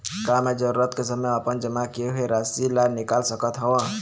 का मैं जरूरत के समय अपन जमा किए हुए राशि ला निकाल सकत हव?